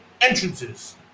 entrances